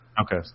Okay